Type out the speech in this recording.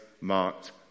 marked